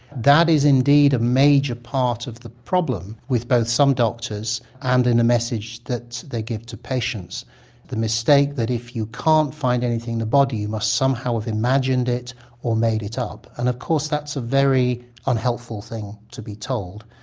that is indeed a major part of the problem with both some doctors and in a message that they give to patients the mistake that if you can't find anything in the body you must somehow have imagined it or made it up. and of course that's a very unhelpful thing to be told.